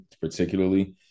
particularly